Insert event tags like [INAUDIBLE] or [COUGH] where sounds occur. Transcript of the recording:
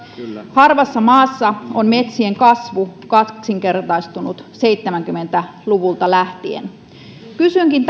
harvassa maassa on metsien kasvu kaksinkertaistunut seitsemänkymmentä luvulta lähtien kysynkin [UNINTELLIGIBLE]